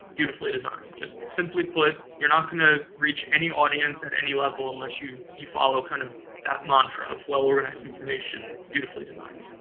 beautifully designed. just simply put, you're not going to reach any audience at any level unless you you follow kind of the mantra of well-organized information, beautifully designed.